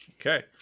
Okay